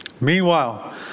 Meanwhile